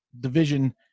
division